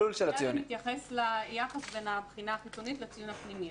מתייחס ליחס בין הבחינה החיצונית לציון הפנימי.